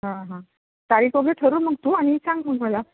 हां हां तारीख वगैरे ठरव मग तू आणि सांग मग मला